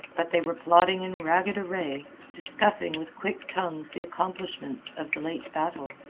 but they were plodding in ragged array, discussing with quick tongues the accomplishments of the late battle.